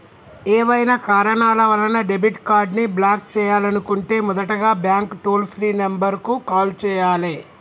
ఏవైనా కారణాల వలన డెబిట్ కార్డ్ని బ్లాక్ చేయాలనుకుంటే మొదటగా బ్యాంక్ టోల్ ఫ్రీ నెంబర్ కు కాల్ చేయాలే